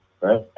Right